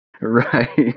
Right